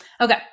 Okay